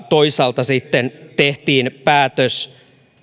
toisaalta sitten tehtiin päätös